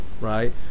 right